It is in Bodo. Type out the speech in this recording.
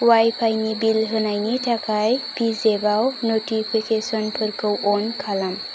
अवाइफाइ नि बिल होनायनि थाखाय पेजेफआव नटिफिकेसन फोरखौ अन खालाम